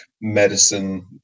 medicine